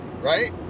right